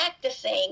practicing